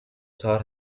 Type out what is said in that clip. taught